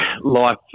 life